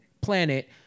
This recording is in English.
planet